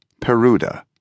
Peruda